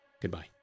Goodbye